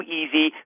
easy